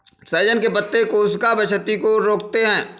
सहजन के पत्ते कोशिका क्षति को रोकते हैं